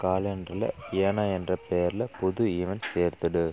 காலெண்டரில் ஏனா என்ற பேரில் புது ஈவெண்ட் சேர்த்துவிடு